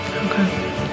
okay